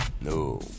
No